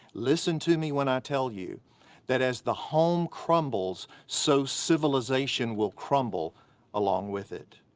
listen to me when i tell you that as the home crumbles, so civilization will crumble along with it.